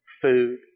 food